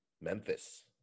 Memphis